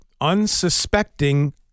unsuspecting